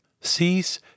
Cease